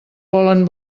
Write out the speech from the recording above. volen